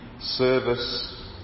service